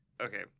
Okay